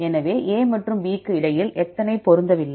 எனவே A மற்றும் B க்கு இடையில் எத்தனை பொருந்தவில்லை